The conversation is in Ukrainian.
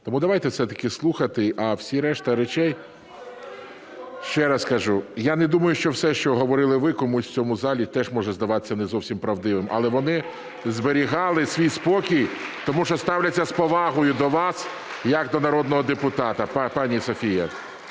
Тому давайте все-таки слухати, а всі решта речей... (Шум у залі) Ще раз кажу, я не думаю, що все, що говорили ви, комусь в цьому залі теж може здаватися не зовсім правдивим, але вони зберігали свій спокій, тому що ставляться з повагою до вас як до народного депутата,